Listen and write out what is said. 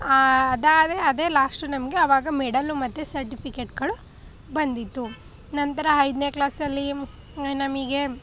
ಅದಾದರೆ ಅದೇ ಲಾಸ್ಟು ನಮಗೆ ಅವಾಗ ಮೆಡಲು ಮತ್ತೆ ಸರ್ಟಿಫಿಕೇಟ್ಗಳು ಬಂದಿತ್ತು ನಂತರ ಐದನೇ ಕ್ಲಾಸಲ್ಲಿ ನಮಗೆ